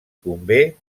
convé